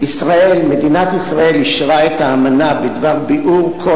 מדינת ישראל אישרה את האמנה בדבר ביעור כל